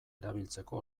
erabiltzeko